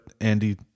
Andy